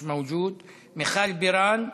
מיש מאוג'וד, מיכל בירן,